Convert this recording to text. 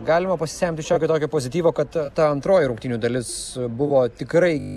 galima pasisemti šiokio tokio pozityvo kad ta antroji rungtynių dalis buvo tikrai